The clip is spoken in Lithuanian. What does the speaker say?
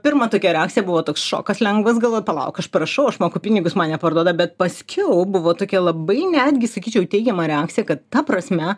pirma tokia reakcija buvo toks šokas lengvas galvoju palauk aš prašau aš moku pinigus man neparduoda bet paskiau buvo tokia labai netgi sakyčiau teigiama reakcija kad ta prasme